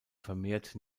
vermehrt